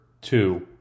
two